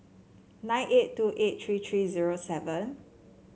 nine eight two eight three three zero seven